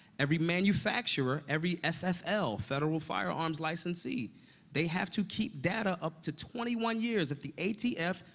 every manufacturer, every ffl federal firearms licensee they have to keep data up to twenty one years. if the atf,